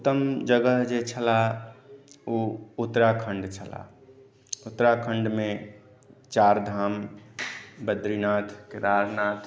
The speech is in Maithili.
उत्तम जगह जे छलए ओ उत्तराखण्ड छलए उत्तराखण्डमे चारि धाम बद्रीनाथ केदारनाथ